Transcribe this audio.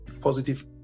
positive